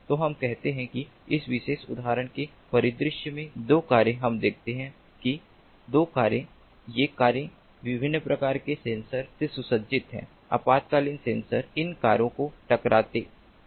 तो हम कहते हैं कि इस विशेष उदाहरण के परिदृश्य में दो कारें हम देखते हैं कि दो कारें ये कारें विभिन्न प्रकार के सेंसर से सुसज्जित हैं आपातकालीन सेंसर इन कारों को टकराते हैं